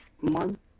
month